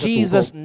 Jesus